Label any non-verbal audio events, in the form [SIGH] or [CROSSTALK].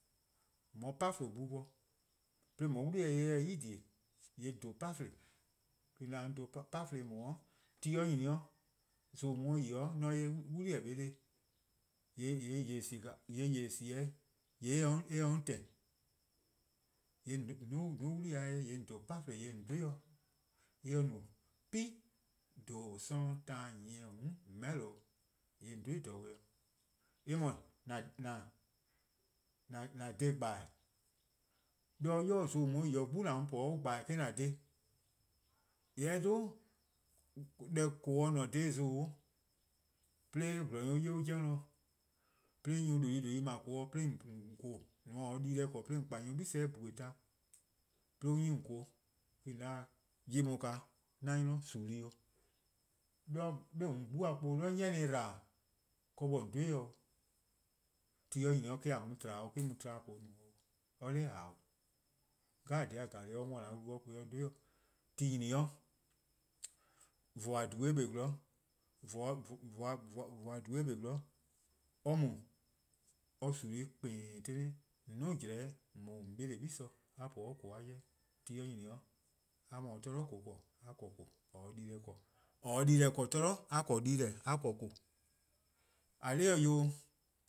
:On 'ye 'pafluh+: gbu po, 'de :on 'ye 'wli-eh 'ye eh 'ye 'i :dhie: :yee' :on dhen 'pofluh:+ 'de :on 'de 'nyi 'on dhen [HESITATION] 'pafluh+ :daa :mor ti nyni 'o zon :an mu-a 'de yi :mo 'on 'ye 'wli-eh 'neheh' :dele' ka [HESITATION] :yee' :yeh sie :ao' :yee' [HESITATION] eh se on :tehn [HESITATION] :yee' :on 'duo: 'wlii-a 'jeh :on 'pafluh:+ :yee' :on dhe-ih dih. :mor en no 'pu+ :dhoo: 'sororn taan nyieh :mm' :meheh'lo :yee' :on dhe-ih :dha beh-dih. Eh-: 'dhu :an dhe :gbeh'eh:. 'De ybei' zon :an mu-a 'de yi 'gbu :an mu-a po mor-: :korn :gbeh'eh :an dhe. :yee' :mor eh 'dhu deh [HESITATION] :koo: se-a :ne dha zon :daa, 'de :gwlor-nyor+-a 'ye an 'jeh worn, 'de nyor+ :due' :due' 'ble :koo:, [HESITATION] :mor :or se-a dii-deh 'ble, 'de :on kpa nyor+ :bhue' taan, 'de on 'nyi :on :koo: 'de :on 'da, :yeh :daa 'an 'nynor, sonor-ih 'o, [HESITATION] 'de 'gbu-a 'kpuh-' 'ni-a :dba-dih-a 'de :on 'ye-ih dih dha 'o, :mor ti nyni 'o me-: :a mu tba 'o, me-: mu tba :koo: no 'o. Or 'da :ao'. Dhih 'jeh-a dhih 'jeh or 'worn-dih an-a' wlu or kpa-ih or dhe-ih dih. Ti nyni-a 'o, :voor: :due' kpa-: 'zorn, [HESITATION] [HESITATION] 'de or mu or sonor-ih klehkpeh, :on mu :on 'duo: jlehn-' on mu 'de :on 'beleh: gle 'de a po 'de :koo:-a 'jeh :dao'. Ti nyni 'o a :mor se-a :koo: 'ble zama a 'ble :koo:, [HESITATION] a mor se-a dii-deh 'ble a 'ble dii-deh:, a 'ble :koo:. :eh :kor dhih 'o eh we-', 'ble :koo: